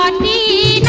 um me